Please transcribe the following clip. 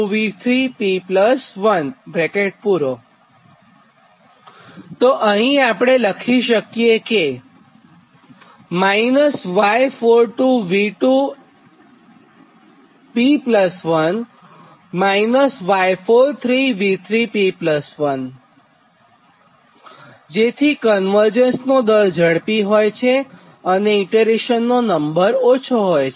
તો તો અહીં આપણે લખી શકીએ કે જેથી ક્ન્વર્જન્સનો દર ઝડપી હોય અને ઇટરેશનનો નંબર ઓછો હોય